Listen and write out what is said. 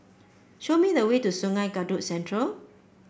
show me the way to Sungei Kadut Central